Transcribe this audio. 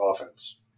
offense